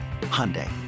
Hyundai